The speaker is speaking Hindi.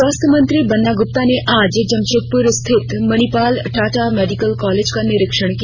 स्वास्थ्य मंत्री बन्ना गुप्ता ने आज जमशेदपुर स्थित मणिपाल टाटा मेडिकल कॉलेज का निरीक्षण किया